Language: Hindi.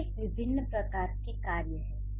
ये सिर्फ विभिन्न प्रकार के कार्य हैं